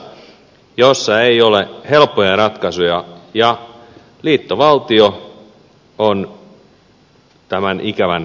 olemme tilanteessa jossa ei ole helppoja ratkaisuja ja liittovaltio on tämän ikävän polun päässä